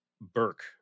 Burke